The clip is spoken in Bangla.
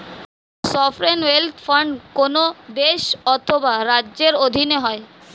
সভরেন ওয়েলথ ফান্ড কোন দেশ অথবা রাজ্যের অধীনে হয়